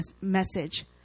message